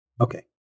Okay